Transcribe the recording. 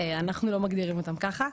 אנחנו לא מגדירים אותם ככה,